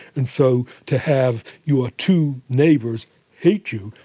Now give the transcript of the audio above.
and so to have your two neighbours hate you,